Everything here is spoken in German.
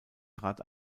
trat